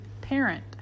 parent